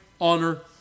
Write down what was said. honor